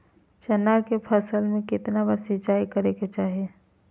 चना के फसल में कितना बार सिंचाई करें के चाहि?